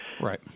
Right